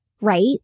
right